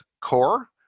core